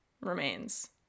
remains